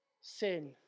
sin